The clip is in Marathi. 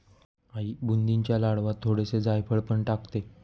आई बुंदीच्या लाडवांत थोडेसे जायफळ पण टाकते